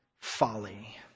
folly